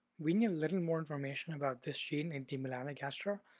we need a little more information about this gene in d. melanogaster,